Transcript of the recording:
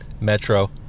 Metro